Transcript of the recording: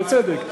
בצדק.